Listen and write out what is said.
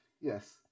Yes